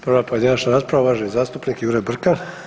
Prva pojedinačna rasprava uvaženi zastupnik Jure Brkan.